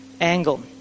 angle